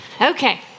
Okay